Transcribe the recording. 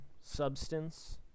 substance